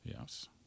Yes